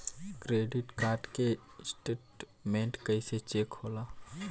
Credit card के statement कइसे check होला?